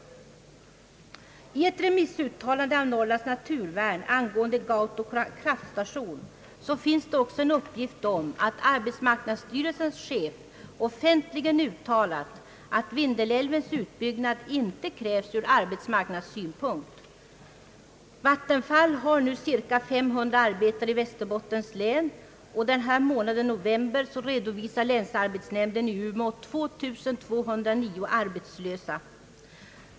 I ett remissuttalande av Norrlands naturvärn angående Gauto kraftstation finns också en uppgift om att arbetsmarknadsstyrelsens chef offentligen uttalat att Vindelälvens utbyggnad inte krävs ur arbetsmarknadssynpunkt. Vattenfall har ju cirka 500 arbetare i Västerbottens län, och denna månad — november — redovisar länsarbetsnämnden i Umeå 2 209 arbetslösa.